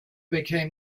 became